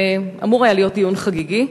ואמור היה להיות דיון חגיגי.